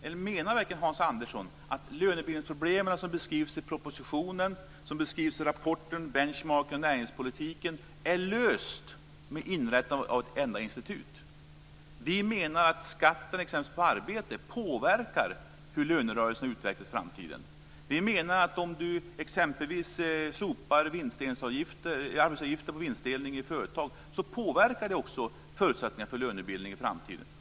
Eller menar verkligen Hans Andersson att lönebildningsproblemen som beskrivs i propositionen och som beskrivs i rapporten Benchmarking av näringspolitiken är lösta med inrättandet av ett enda institut? Vi menar att skatten exempelvis på arbete påverkar hur lönerörelsen utvecklas i framtiden. Vi menar att det påverkar förutsättningarna för lönebildning i framtiden om man exempelvis slopar arbetsgivaravgifter på vinstdelning i företag.